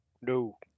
No